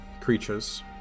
creatures